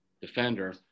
defender